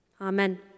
Amen